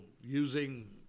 using